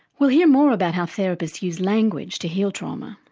we'll hear more about how therapists use language to heal trauma,